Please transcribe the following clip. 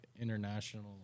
international